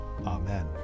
Amen